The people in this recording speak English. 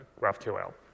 GraphQL